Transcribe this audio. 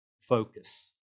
focus